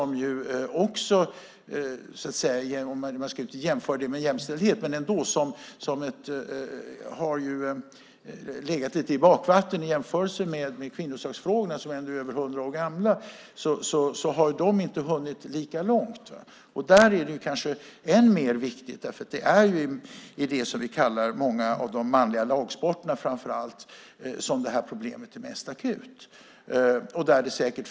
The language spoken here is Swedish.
Man ska inte jämföra dem med frågan om jämställdhet, men de har legat lite i bakvatten i jämförelse med kvinnosaksfrågorna som nu är över hundra år gamla. Där är det kanske än mer viktigt, därför att det är framför allt i många av det som vi kallar manliga lagsporterna som problemet är mest akut.